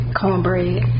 Cornbread